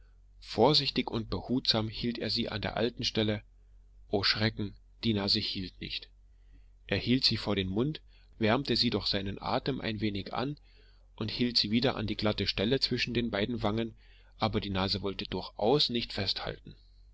vorsichtig und behutsam hielt er sie an der alten stelle o schrecken die nase hielt nicht er hielt sie vor den mund wärmte sie durch seinen atem ein wenig an und hielt sie wieder an die glatte stelle zwischen den beiden wangen aber die nase wollte durchaus nicht festhalten